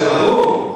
זה ברור.